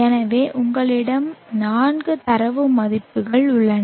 எனவே உங்களிடம் நான்கு தரவு மதிப்புகள் உள்ளன